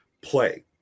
play